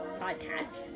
podcast